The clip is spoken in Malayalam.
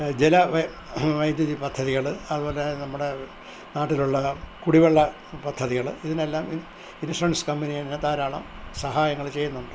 ജല വൈദ്യുതി പദ്ധതികൾ അതുപോലെ നമ്മുടെ നാട്ടിലുള്ള കുടിവെള്ള പദ്ധതികൾ ഇതിനെല്ലാം ഇൻഷുറൻസ് കമ്പനി തന്നെ ധാരാളം സഹായങ്ങൾ ചെയ്യുന്നുണ്ട്